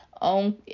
on